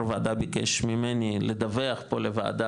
וועדה ביקש ממני לדווח פה לוועדה,